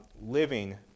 living